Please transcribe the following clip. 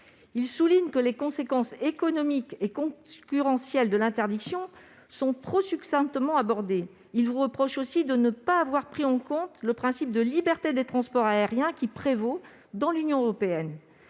Il souligne que « les conséquences économiques et concurrentielles de l'interdiction sont trop succinctement abordées ». Il vous reproche aussi, monsieur le ministre, de ne pas avoir pris en compte le principe de liberté des transports aériens, qui prévaut dans l'Union européenne.